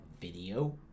video